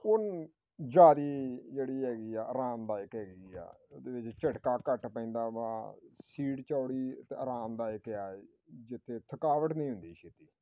ਉਨ ਜਾਰੀ ਜਿਹੜੀ ਹੈਗੀ ਆ ਆਰਾਮਦਾਇਕ ਹੈਗੀ ਆ ਉਸ ਦੇ ਵਿੱਚ ਝਟਕਾ ਘੱਟ ਪੈਂਦਾ ਵਾ ਸੀਟ ਚੌੜੀ ਅਤੇ ਆਰਾਮਦਾਇਕ ਆ ਜਿੱਥੇ ਥਕਾਵਟ ਨਹੀਂ ਹੁੰਦੀ ਛੇਤੀ